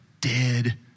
dead